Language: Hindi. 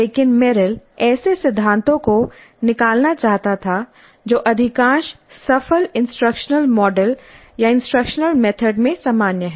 लेकिन मेरिल ऐसे सिद्धांतों को निकालना चाहता था जो अधिकांश सफल इंस्ट्रक्शनल मॉडल या इंस्ट्रक्शनल मेथड में सामान्य हैं